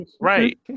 right